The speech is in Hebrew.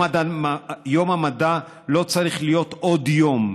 יום המדע לא צריך להיות עוד יום,